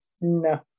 No